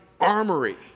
armory